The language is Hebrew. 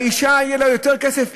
האישה, יהיה לה יותר כסף?